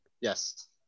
Yes